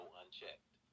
unchecked